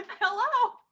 Hello